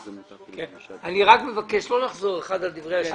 אני רק מבקש לא לחזור האחד על דברי השני.